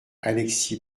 alexis